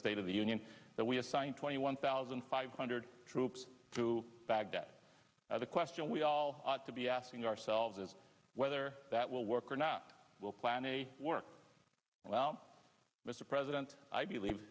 that we assign twenty one thousand five hundred troops to baghdad the question we all ought to be asking ourselves is whether that will work or not we'll plan a work well mr president i believe